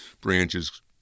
branches